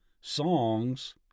songs